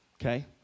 Okay